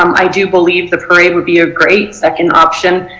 um i do believe the parade would be a great second option.